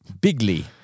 Bigly